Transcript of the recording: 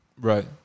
Right